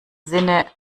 sinne